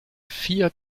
vier